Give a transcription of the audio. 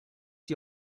die